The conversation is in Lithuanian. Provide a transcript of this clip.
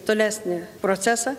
tolesnį procesą